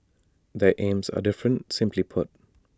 their aims are different simply put